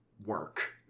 work